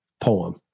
poem